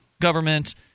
government